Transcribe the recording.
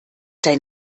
dein